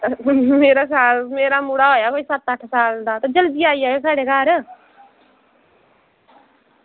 मेरा मेरा मुड़ा होएआ कोई सत्त अट्ठ साल दा ते जल्दी आई जाएओ साढ़े घर